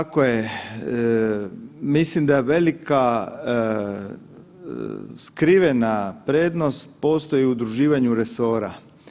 Tako je, mislim da je velika skrivena prednost postoji u udruživanju resora.